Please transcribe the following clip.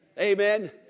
Amen